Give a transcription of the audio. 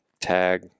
tag